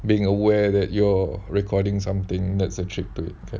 being aware that you're recording something that's a trick to it